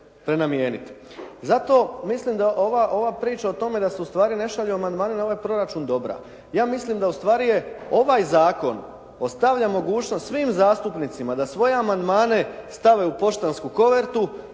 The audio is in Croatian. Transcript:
Zato mislim da ova priča o tome da su u stvari ne šalju amandmani na ovaj proračun dobra. Ja mislim da ustvari je ovaj zakon ostavlja mogućnost svim zastupnicima da svoje amandmane stave u poštansku kovertu,